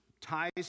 ties